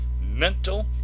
mental